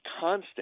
Constant